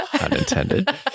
unintended